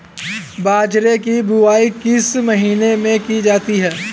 बाजरे की बुवाई किस महीने में की जाती है?